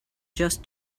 just